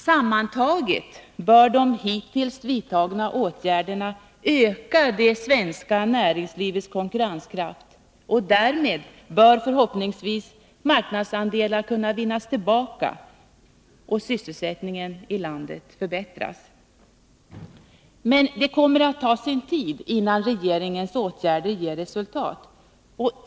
Sammantaget bör de hittills vidtagna åtgärderna öka det svenska näringslivets konkurrenskraft, och därmed bör, förhoppningsvis, marknadsandelar kunna vinnas tillbaka och sysselsättningen i landet förbättras. Det kommer emellertid att ta sin tid, innan regeringens åtgärder ger resultat.